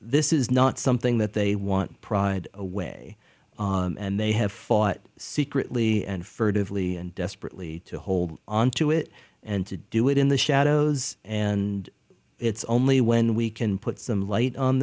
this is not something that they want pride away and they have fought secretly and furtively desperately to hold on to it and to do it in the shadows and it's only when we can put some light on